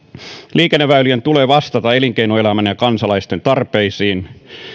liikenneväylien tulee vastata elinkeinoelämän ja kansalaisten tarpeisiin